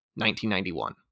1991